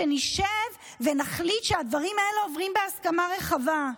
שנשב ונחליט שהדברים האלה עוברים בהסכמה רחבה.